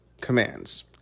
commands